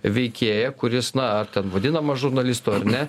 veikėją kuris na vadinamas žurnalistu ar ne